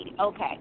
Okay